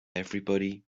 everybody